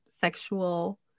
sexual